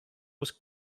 was